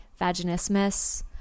vaginismus